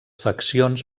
faccions